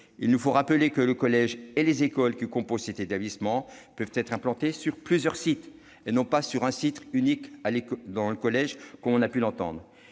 Il nous faut rappeler que le collège et les écoles qui composent cet établissement peuvent être implantés sur plusieurs sites, et non sur un site unique dans le collège, comme on a pu l'entendre.